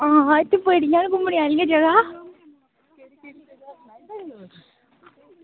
आं इत्त बड़ियां घुम्मनै आह्ली जगह